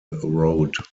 road